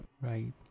Right